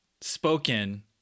spoken